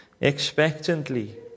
expectantly